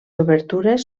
obertures